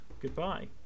Goodbye